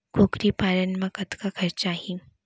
कुकरी पालन म कतका खरचा आही?